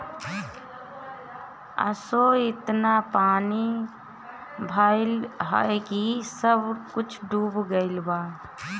असो एतना पानी भइल हअ की सब कुछ डूब गईल बा